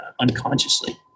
unconsciously